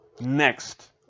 Next